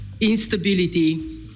instability